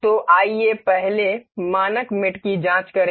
तो आइए पहले मानक मेट की जाँच करें